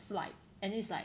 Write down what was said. flight and then it's like